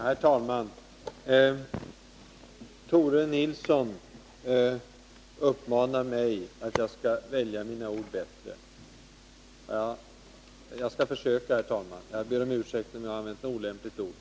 Herr talman! Tore Nilsson uppmanar mig att välja mina ord bättre. Ja, jag skall försöka, herr talman, och jag ber om ursäkt, om jag har använt något olämpligt ord!